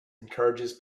encourages